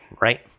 right